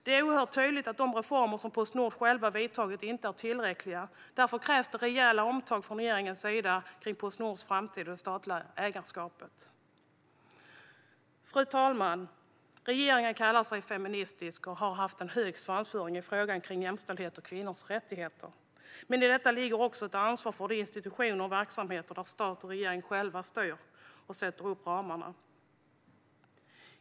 Det är tydligt att de reformer som Postnord självt har vidtagit inte är tillräckliga. Därför krävs rejäla omtag från regeringens sida när det gäller Postnords framtid och det statliga ägarskapet. Fru talman! Regeringen kallar sig feministisk och har haft en hög svansföring i fråga om jämställdhet och kvinnors rättigheter. Men i detta ligger också att ta ansvar för de institutioner och verksamheter där stat och regering styr och sätter upp ramarna.